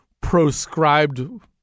proscribed